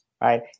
right